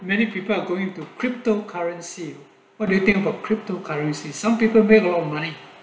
many people are going to crypto currency what do you think about crypto currencies some people a lot of money